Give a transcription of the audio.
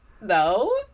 no